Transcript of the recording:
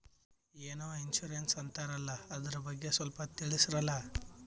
ಏನೋ ಇನ್ಸೂರೆನ್ಸ್ ಅಂತಾರಲ್ಲ, ಅದರ ಬಗ್ಗೆ ಸ್ವಲ್ಪ ತಿಳಿಸರಲಾ?